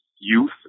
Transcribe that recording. youth